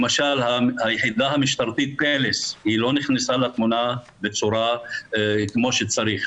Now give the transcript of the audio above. למשל היחידה המשטרתית פלס היא לא נכנסה לתמונה בצורה כמו שצריך.